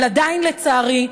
אבל עדיין, לצערי,